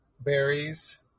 Berries